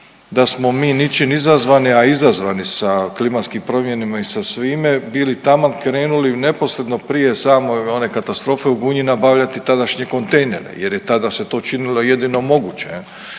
da smo mi ničim izazvani, a izazvani sa klimatskim promjenama i sa svime bili taman krenuli neposredno prije same one katastrofe u Gunji nabavljati tadašnje kontejnere jer je tada se to činilo jedino moguće.